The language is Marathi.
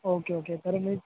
ओके ओके तर मी